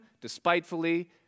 despitefully